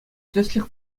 тӗслӗх